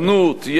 יעילות,